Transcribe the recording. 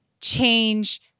change